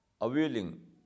availing